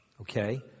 Okay